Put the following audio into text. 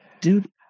Dude